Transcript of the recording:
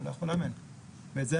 הוא לא יכול לאמן.